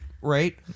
right